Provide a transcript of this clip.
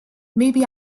maybe